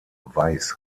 weiß